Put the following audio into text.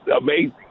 amazing